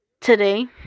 today